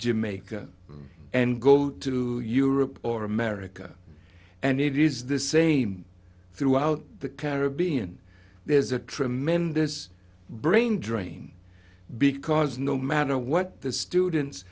jamaica and go to europe or america and it is the same throughout the caribbean there's a tremendous brain drain because no matter what the students